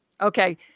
Okay